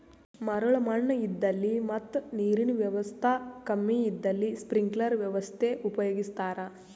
ಮರಳ್ ಮಣ್ಣ್ ಇದ್ದಲ್ಲಿ ಮತ್ ನೀರಿನ್ ವ್ಯವಸ್ತಾ ಕಮ್ಮಿ ಇದ್ದಲ್ಲಿ ಸ್ಪ್ರಿಂಕ್ಲರ್ ವ್ಯವಸ್ಥೆ ಉಪಯೋಗಿಸ್ತಾರಾ